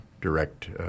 direct